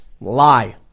lie